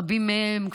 רבים מהם,